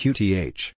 Qth